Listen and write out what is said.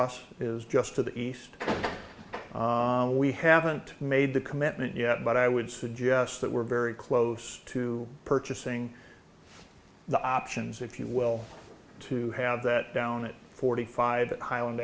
us is just to the east we haven't made the commitment yet but i would suggest that we're very close to purchasing the options if you will to have that down it forty five highland